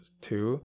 two